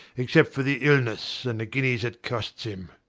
except for the illness and the guineas it costs him.